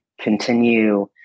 continue